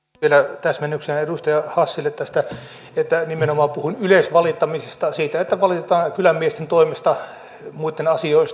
vielä täsmennyksenä edustaja hassille tästä että nimenomaan puhun yleisvalittamisesta siitä että valitetaan kylänmiesten toimesta muitten asioista